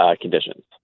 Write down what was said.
conditions